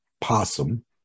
possum